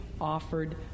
offered